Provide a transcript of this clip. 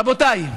רבותיי,